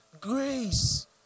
Grace